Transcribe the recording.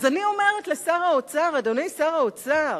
אז אני אומרת לשר האוצר, אדוני שר האוצר,